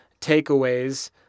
takeaways